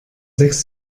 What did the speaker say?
sechs